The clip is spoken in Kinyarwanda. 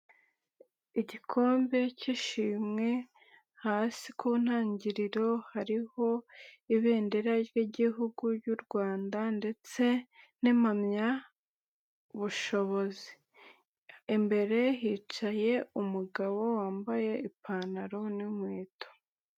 Igikombe cy'ishimwe, hasi ku ntangiriro hariho ibendera ry'igihugu uy'u Rwanda ndetse n'impamyabushobozi, imbere hicaye umugabo wambaye ipantaro n'inkweto.